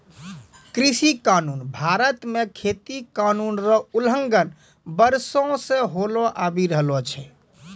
कृषि कानून भारत मे खेती कानून रो उलंघन वर्षो से होलो आबि रहलो छै